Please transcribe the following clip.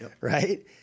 Right